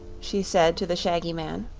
she said to the shaggy man.